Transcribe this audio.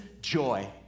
joy